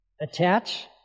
attach